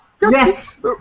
Yes